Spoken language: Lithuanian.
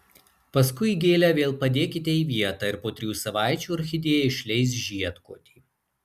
paskui gėlę vėl padėkite į vietą ir po trijų savaičių orchidėja išleis žiedkotį